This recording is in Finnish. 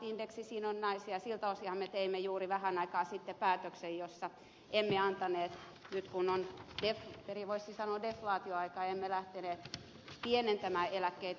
siltä osinhan me teimme juuri vähän aikaa sitten päätöksen jossa emme voisi sanoa deflaatioaikaan lähteneet pienentämään eläkkeitä